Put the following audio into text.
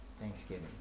Thanksgiving